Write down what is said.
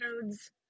codes